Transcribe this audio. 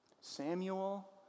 Samuel